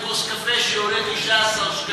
בכוס קפה שעולה 19 שקלים,